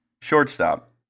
shortstop